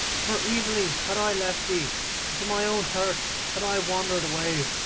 for evilly had i left thee, and to my own hurt had i wandered away.